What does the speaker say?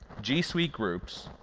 g suite groups,